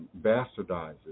bastardizes